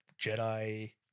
Jedi